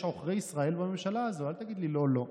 יש עוכרי ישראל בממשלה הזו, אל תגיד לי לא, לא.